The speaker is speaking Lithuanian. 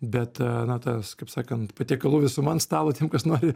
bet na tas kaip sakant patiekalų visuma ant stalo tiem kas nori